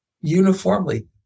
uniformly